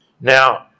Now